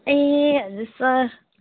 ए हजुर सर